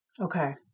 Okay